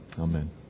Amen